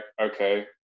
okay